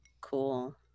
Cool